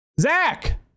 Zach